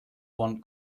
one